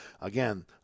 Again